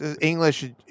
english